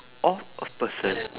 of a person